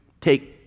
take